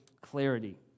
clarity